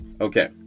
Okay